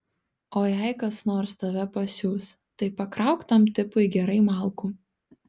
o jei kas nors tave pasiųs tai pakrauk tam tipui gerai malkų